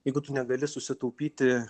jeigu tu negali susitaupyti